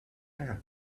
hand